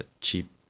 cheap